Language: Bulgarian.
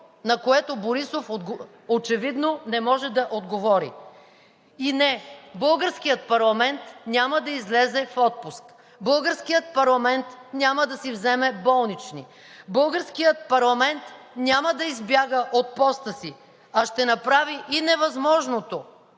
на което Борисов очевидно не може да отговори. И, не, българският парламент няма да излезе в отпуск, българският парламент няма да си вземе болнични, българският парламент няма да избяга от поста си, а ще направи и невъзможното